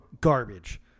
garbage